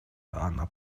она